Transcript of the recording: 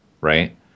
right